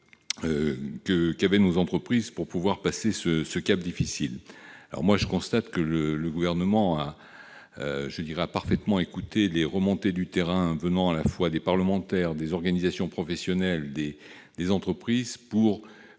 besoins de nos entreprises pour passer ce cap difficile. Je constate que le Gouvernement a parfaitement écouté les remontées du terrain, provenant à la fois des parlementaires, des organisations professionnelles et des entreprises,